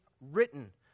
written